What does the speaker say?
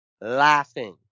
Laughing